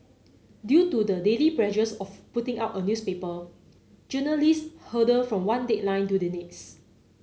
due to the daily pressures of putting out a newspaper journalists hurtle from one deadline to the next